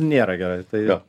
nėra gerai tai jo